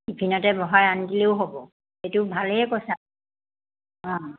টিফিনতে ভৰাই আনি দিলেও হ'ব সেইটো ভালেই কৈছা